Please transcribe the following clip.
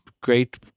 great